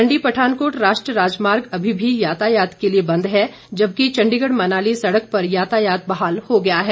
मंडी पठानकोट राष्ट्रीय राजमार्ग अभी भी यातायात के लिए बंद है जबकि चंडीगढ मनाली सड़क पर यातायात बहाल हो गया है